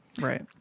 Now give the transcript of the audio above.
Right